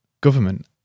government